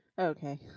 okay